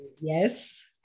Yes